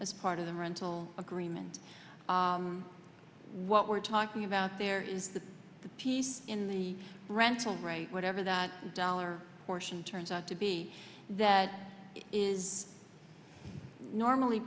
as part of the rental agreement what we're talking about there is that the piece in the rental right whatever that dollar portion turns out to be that is normally